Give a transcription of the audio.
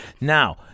Now